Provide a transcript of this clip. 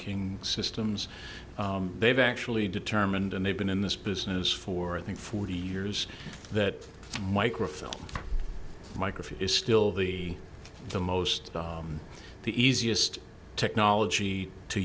king systems they've actually determined and they've been in this business for i think forty years that microfilm microphone is still the the most the easiest technology to